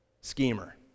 schemer